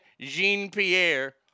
Jean-Pierre